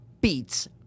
beats